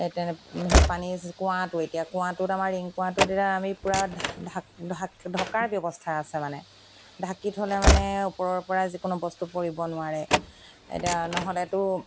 এ তেনে সেই পানী কুঁৱাটো এতিয়া কুঁৱাটোত আমাৰ ৰিং কুঁৱাটোত এতিয়া আমি পূৰা ঢাক ঢাক ঢকাৰ ব্যৱস্থা আছে মানে ঢাকি থ'লে মানে ওপৰৰ পৰা যিকোনো বস্তু পৰিব নোৱাৰে এতিয়া নহ'লেতো